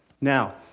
Now